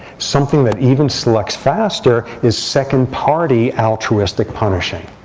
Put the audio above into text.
something that even selects faster is second party altruistic punishing.